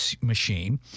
machine